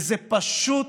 זה פשוט